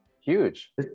Huge